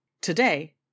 Today